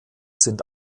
sind